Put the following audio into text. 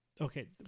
okay